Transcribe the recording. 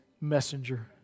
messenger